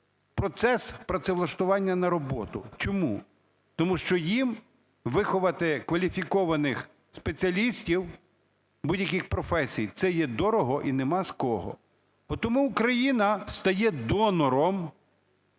процес працевлаштування на роботу. Чому? Тому що їм виховати кваліфікованих спеціалістів будь-яких професій – це є дорого і нема з кого. Потому Україна стає донором